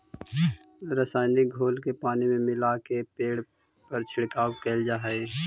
रसायनिक घोल के पानी में मिलाके पेड़ पर छिड़काव कैल जा हई